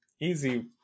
Easy